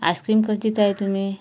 ice cream कशें दितात तुमी